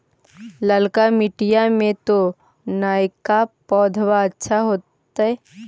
ललका मिटीया मे तो नयका पौधबा अच्छा होबत?